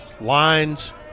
lines